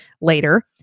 Later